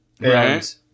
Right